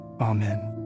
Amen